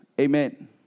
Amen